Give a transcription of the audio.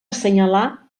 assenyalar